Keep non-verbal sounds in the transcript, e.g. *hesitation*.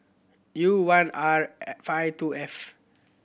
U one R *hesitation* five two F